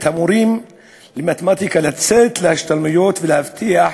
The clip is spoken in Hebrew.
המורים למתמטיקה לצאת להשתלמויות ולהבטיח